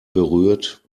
berührt